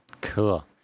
Cool